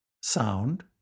sound